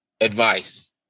advice